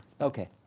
Okay